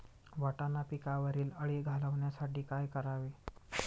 वाटाणा पिकावरील अळी घालवण्यासाठी काय करावे?